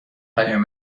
پیام